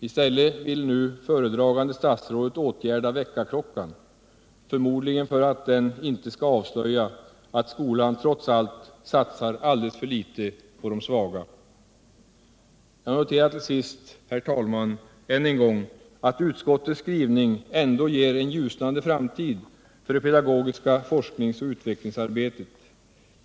I stället vill nu föredragande statsrådet åtgärda väckarklockan — förmodligen för att den inte skall avslöja att skolan trots allt satsar alldeles för litet på de svaga. Jag noterar till sist, herr talman, än en gång att utskottets skrivning ändå ger hopp om en ljusnande framtid för det pedagogiska forskningsoch utvecklingsarbetet.